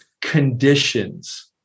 conditions